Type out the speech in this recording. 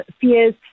fears